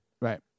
Right